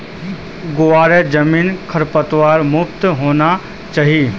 ग्वारेर जमीन खरपतवार मुक्त होना चाई